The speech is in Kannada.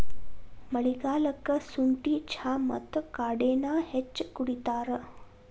ಮಳಿಗಾಲಕ್ಕ ಸುಂಠಿ ಚಾ ಮತ್ತ ಕಾಡೆನಾ ಹೆಚ್ಚ ಕುಡಿತಾರ